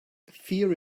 fear